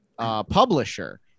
Publisher